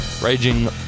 Raging